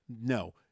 No